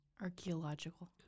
Archaeological